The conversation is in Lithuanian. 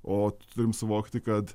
o turim suvokti kad